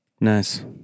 Nice